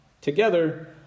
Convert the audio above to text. together